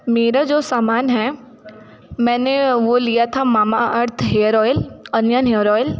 मेरा जो समान है मैंने वो लिया था Mamaearth hair oil onion hair oil